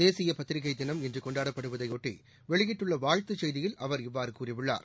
தேசியபத்திரிக்கைதினம் இன்றுகொண்டாடப்படுவதையொட்டிவெளியிட்டுள்ளவாழ்த்துச் செய்தியில் அவர் இவ்வாறுகூறியுள்ளார்